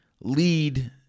lead